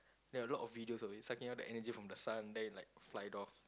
there're a lot of videos of it sucking out the energy from the sun then it like flied off